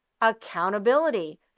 accountability